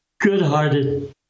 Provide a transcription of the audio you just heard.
good-hearted